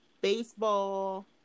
baseball